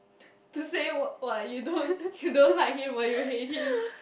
to say wa~ !wah! you don't you don't like him but you hate him